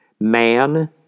Man